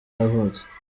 yavutse